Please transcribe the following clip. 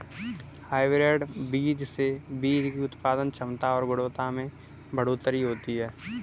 hybrid बीज से बीज की उत्पादन क्षमता और गुणवत्ता में बढ़ोतरी होती है